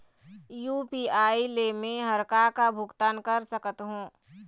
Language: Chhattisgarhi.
यू.पी.आई ले मे हर का का भुगतान कर सकत हो?